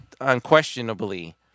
unquestionably